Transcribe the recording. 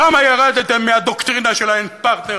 כמה ירדתם מהדוקטרינה של האין-פרטנר